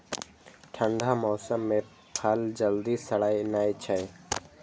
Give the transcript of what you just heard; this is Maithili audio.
ठंढा मौसम मे फल जल्दी सड़ै नै छै